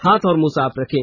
हाथ और मुंह साफ रखें